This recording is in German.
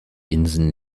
inseln